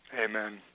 Amen